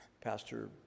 pastor